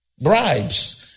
bribes